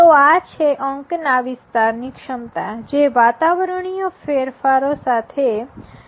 તો આ છે અંકના વિસ્તારની ક્ષમતા જે વાતાવરણીય ફેરફારો સાથે વધી રહી છે